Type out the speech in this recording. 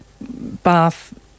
bath